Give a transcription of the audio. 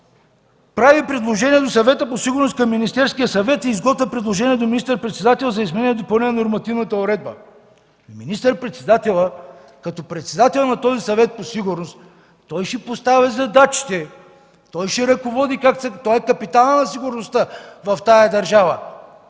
„Прави предложения до Съвета по сигурност към Министерския съвет и изготвя предложения до министър-председателя за изменение и допълнение на нормативната уредба”. Министър-председателят като председател на този Съвет по сигурност ще поставя задачите. Той е капитанът на сигурността в тази държава.